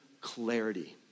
clarity